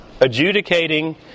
adjudicating